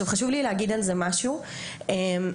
רק ברשותך,